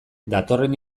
datorren